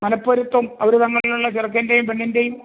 മനപ്പൊരുത്തം അവർ തമ്മിലുള്ള ചെറുക്കൻ്റെയും പെണ്ണിൻ്റെയും